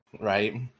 Right